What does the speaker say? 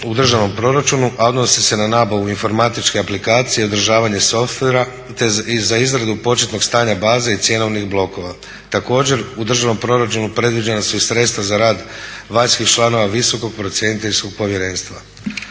u državnom proračunu a odnosi se na nabavu informatičke aplikacije i održavanje softwarea te za izradu početnog stanja baze i cjenovnih blokova. Također u državnom proračunu predviđena su i sredstva za rad vanjskih članova visokog procjeniteljskog povjerenstva.